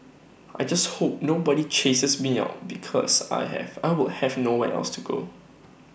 I just hope nobody chases me out because I have I would have nowhere else to go